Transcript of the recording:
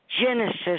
Genesis